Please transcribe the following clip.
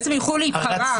בעצם יוכלו להיפרע מהם.